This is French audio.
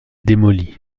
démolie